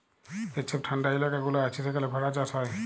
যে ছব ঠাল্ডা ইলাকা গুলা আছে সেখালে ভেড়া চাষ হ্যয়